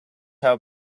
how